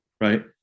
right